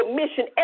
mission